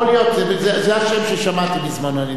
יכול להיות, זה השם ששמעתי בזמנו.